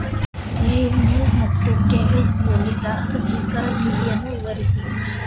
AML ಮತ್ತು KYC ಯಲ್ಲಿ ಗ್ರಾಹಕ ಸ್ವೀಕಾರ ನೀತಿಯನ್ನು ವಿವರಿಸಿ?